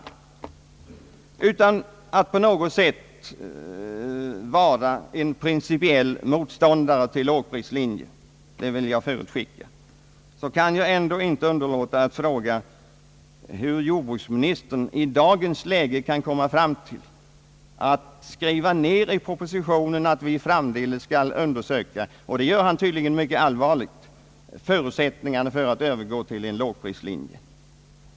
Utan att på något sätt vara en principiell motståndare till lågprislinjen — det vill jag förutskicka — kan jag inte underlåta att fråga hur jordbruksministern i dagens läge kan komma fram till att skriva ned i propositionen att vi framdeles skall undersöka — detta gör han tydligen på fullt allvar — förutsättningarna för att övergå till en lågprislinje.